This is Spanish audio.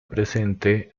presente